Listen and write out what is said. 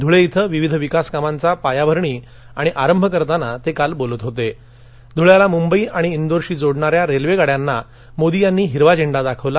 धुळ व्विथं विविध विकास कामांची पायाभरणी आणि आरंभ करताना तक्काल बोलत होत ग्रेळ्याला मुंबई आणि इंद्रशी जोडणाऱ्या रख्विज्ञ्यांना मोदी यांनी हिरवा झेंडा दाखवला